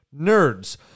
NERDS